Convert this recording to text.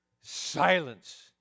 silence